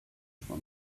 for